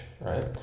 right